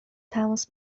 تماس